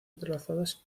entrelazadas